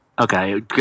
Okay